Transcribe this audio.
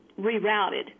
rerouted